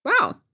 Wow